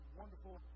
wonderful